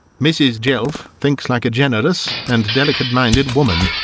mrs. jelf thinks like a generous and delicate minded woman,